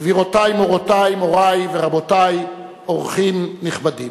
גבירותי, מורותי, מורי ורבותי, אורחים נכבדים.